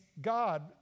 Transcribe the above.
God